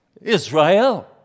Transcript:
Israel